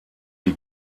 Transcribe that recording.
die